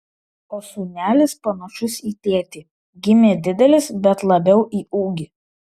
o sūnelis panašus į tėtį gimė didelis bet labiau į ūgį